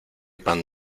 pan